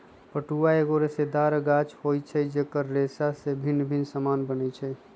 पटुआ एगो रेशेदार गाछ होइ छइ जेकर रेशा से भिन्न भिन्न समान बनै छै